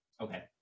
Okay